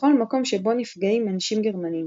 בכל מקום שבו נפגעים אנשים גרמנים,